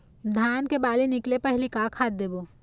धान के बाली निकले पहली का खाद देबो?